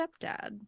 stepdad